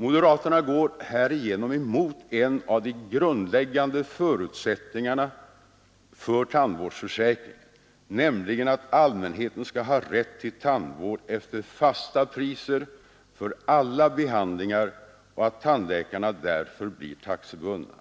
Moderaterna går härigenom emot en av de grundläggande förutsättningarna för tandvårdsförsäkringen, nämligen att allmänheten skall ha rätt till tandvård efter fasta priser för alla behandlingar och att tandläkarna därför blir taxebundna.